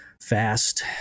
fast